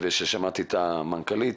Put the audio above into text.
ומי אומר שהוא ידע להכנס לבידוד,